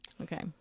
Okay